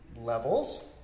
levels